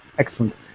Excellent